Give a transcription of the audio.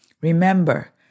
Remember